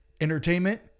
Entertainment